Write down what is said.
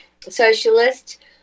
socialist